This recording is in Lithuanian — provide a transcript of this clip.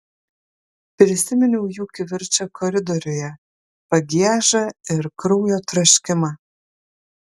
prisiminiau jų kivirčą koridoriuje pagiežą ir kraujo troškimą